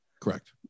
Correct